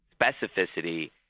specificity